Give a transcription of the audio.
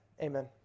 Amen